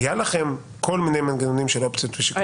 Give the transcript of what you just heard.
היו לכם כל מיני מנגנונים של אופציות ושיקול דעת.